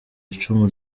icumu